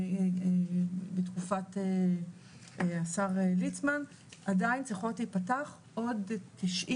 בתקופת השר ליצמן עדיין צריכות להיפתח עוד תשעים